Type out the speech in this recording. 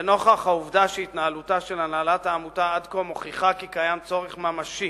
לנוכח העובדה שהתנהלותה של הנהלת העמותה עד כה מוכיחה כי קיים צורך ממשי